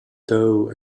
dough